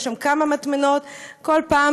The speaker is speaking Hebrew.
יש שם כמה מטמנות ובכל פעם,